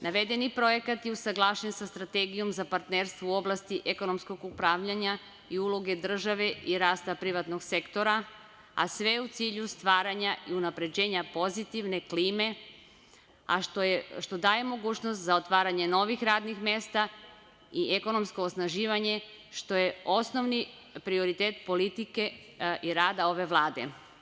Navedeni projekat je usaglašen sa strategijom za partnerstvo u oblasti ekonomskog upravljanja i uloge države i rasta privatnog sektora, a sve u cilju stvaranja i unapređenja pozitivne klime, a što daje mogućnost za otvaranje novih radnih mesta i ekonomsko osnaživanje, što je osnovni prioritet politike i rada ove Vlade.